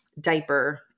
diaper